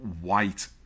white